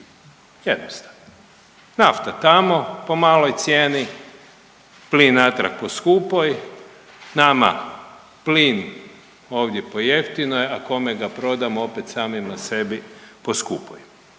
Jednostavno. Nafta tamo po maloj cijeni, plin natrag po skupoj. Nama plin ovdje po jeftinoj, a kome ga prodamo opet samima sebi po skupoj.